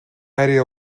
àrea